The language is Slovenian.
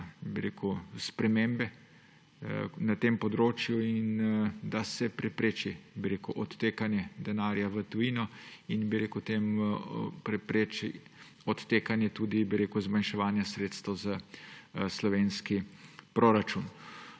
spremembe na tem področju, da se prepreči odtekanje denarja v tujino in prepreči odtekanje, zmanjševanje sredstev za slovenski proračun.